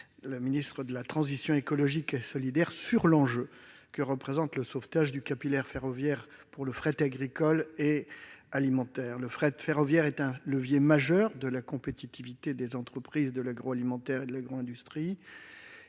la ministre de la transition écologique et solidaire, puisqu'elle porte sur l'enjeu que représente le sauvetage du capillaire ferroviaire pour le fret agricole et alimentaire. Le fret ferroviaire est un levier majeur de la compétitivité des entreprises de l'agroalimentaire et de l'agro-industrie.